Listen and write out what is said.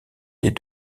des